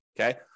okay